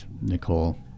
Nicole